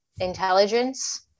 intelligence